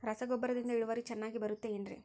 ರಸಗೊಬ್ಬರದಿಂದ ಇಳುವರಿ ಚೆನ್ನಾಗಿ ಬರುತ್ತೆ ಏನ್ರಿ?